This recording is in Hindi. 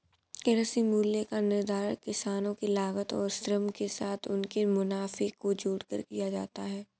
कृषि मूल्य का निर्धारण किसानों के लागत और श्रम के साथ उनके मुनाफे को जोड़कर किया जाता है